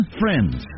friends